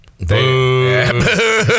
Boo